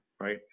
right